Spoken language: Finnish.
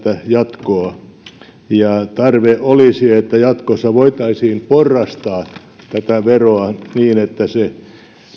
jatkoa tarve olisi että jatkossa voitaisiin porrastaa tätä veroa niin että se